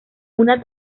una